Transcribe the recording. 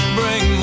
bring